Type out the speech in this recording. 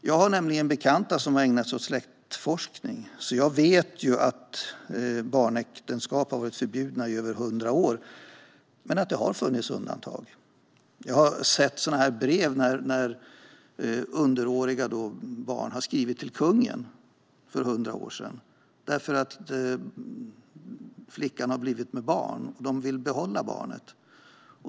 Jag har bekanta som har ägnat sig åt släktforskning, så jag vet att barnäktenskap har varit förbjudet i över hundra år men att det har funnits undantag. Jag har sett brev där underåriga barn skrev till kungen för hundra år sedan därför att flickan blev med barn och de ville behålla barnet.